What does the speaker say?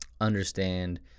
understand